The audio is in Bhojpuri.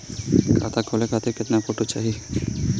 खाता खोले खातिर केतना फोटो चाहीं?